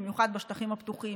במיוחד בשטחים הפתוחים,